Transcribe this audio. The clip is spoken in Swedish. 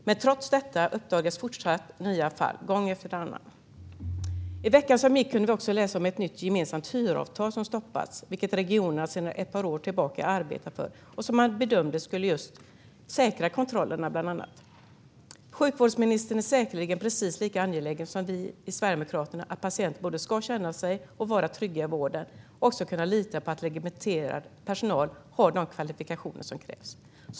Men trots detta uppdagas ständigt nya fall gång efter annan. I veckan som gick kunde vi också läsa om ett nytt gemensamt hyravtal som stoppats, vilket regionerna sedan ett par år arbetat för och som man bedömde skulle säkra bland annat kontrollerna. Sjukvårdsministern är säkerligen precis lika angelägen som vi i Sverigedemokraterna att patienter både ska känna sig och vara trygga i vården och också kunna lita på att legitimerad personal har de kvalifikationer som krävs.